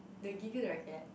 they will give you the racket